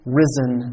risen